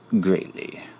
greatly